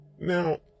Now